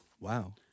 Wow